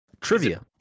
Trivia